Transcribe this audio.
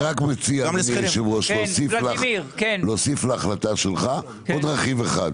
אני מציע להוסיף להחלטה שלך עוד רכיב אחד.